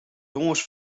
gâns